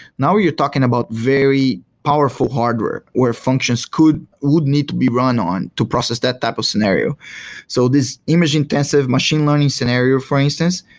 now you're talking about very powerful hardware, or functions would need to be run on to process that type of scenario so this image-intensive machine learning scenario for instance,